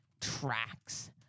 Tracks